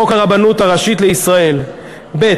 חוק הרבנות הראשית לישראל, התש"ם 1980, ב.